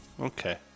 Okay